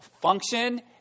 function